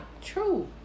True